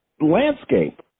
landscape